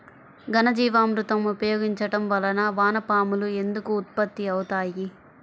ఘనజీవామృతం ఉపయోగించటం వలన వాన పాములు ఎందుకు ఉత్పత్తి అవుతాయి?